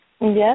Yes